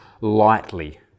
lightly